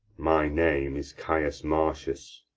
my name is caius marcius,